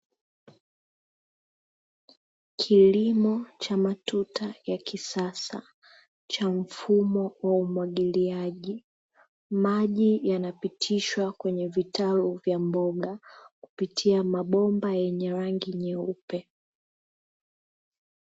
Kilimo cha matuta ya kisasa cha mfumo wa umwagiliaji, maji yanapitishwa kwenye vitalu vya mboga kupitia mabomba yenye rangi nyeupe.